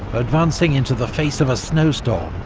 advancing into the face of a snowstorm,